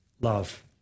love